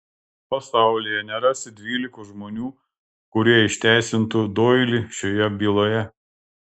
pasaulyje nerasi dvylikos žmonių kurie išteisintų doilį šioje byloje